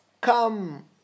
come